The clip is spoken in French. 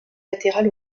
latérales